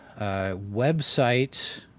website